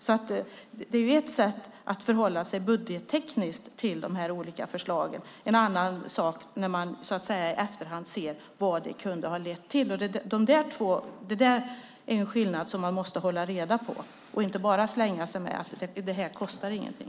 Det är ett sätt att förhålla sig budgettekniskt till de olika förslagen och en annan sak när man i efterhand ser vad det kunde ha lett till. Det är en skillnad som man måste hålla reda på, i stället för att bara slänga sig med att det inte kostar någonting.